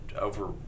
over